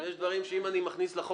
העברנו כאן את חוק הכניסה לישראל,